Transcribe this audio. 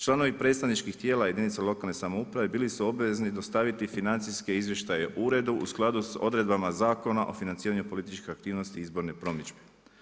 Članovi predstavničkih tijela jedinica lokalne samouprave bili su obvezni dostaviti financijske izvještaje uredu u skladu s odredbama Zakona o financiranju političkih aktivnosti i izborne promidžbe.